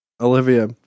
olivia